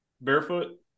barefoot